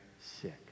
sick